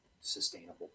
sustainable